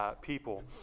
People